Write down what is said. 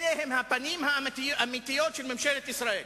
אלה הן הפנים האמיתיות של ממשלת ישראל.